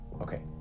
Okay